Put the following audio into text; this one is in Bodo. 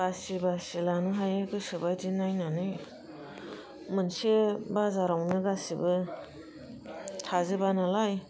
बासि बासि लानो हायो गोसो बायदि नायनानै मोनसे बाजारावनो गासिबो थाजोबा नालाय